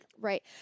Right